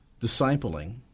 discipling